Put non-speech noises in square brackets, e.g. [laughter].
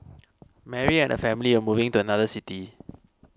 Mary and [noise] family were moving to another city